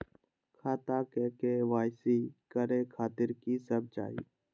खाता के के.वाई.सी करे खातिर की सब चाही?